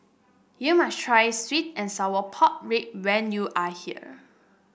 you must try sweet and Sour Pork rib when you are here